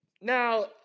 Now